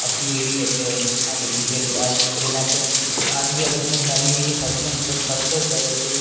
अच्छी जेह्ड़ी इक हैल्दी डिश जेह्ड़ी अज्ज दी प्रेजेंट ते अज्ज बी अगर असें सैल्ली जेह्की सब्जी होंदी तां ओह् सब तों जैदा जेह्ड़ी